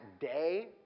day